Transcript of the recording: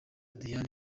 diane